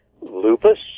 lupus